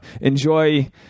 enjoy